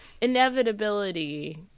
inevitability